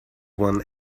one